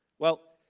well,